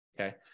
okay